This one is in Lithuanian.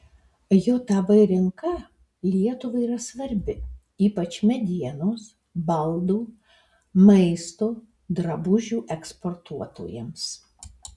jav rinka lietuvai yra svarbi ypač medienos baldų maisto drabužių eksportuotojams